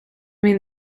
mean